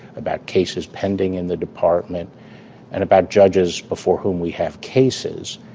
about cases pending in the department and about judges before whom we have cases